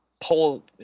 pull